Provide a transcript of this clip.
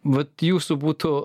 vat jūsų būtų